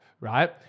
right